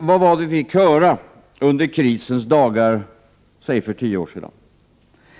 vad var det vi fick höra under krisens dagar, säg för tio år sedan?